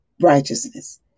righteousness